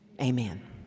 Amen